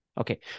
Okay